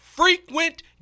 Frequent